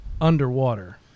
underwater